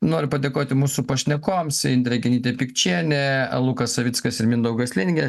noriu padėkoti mūsų pašnekovams indrė genytė pikčienė lukas savickas ir mindaugas lingė